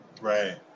Right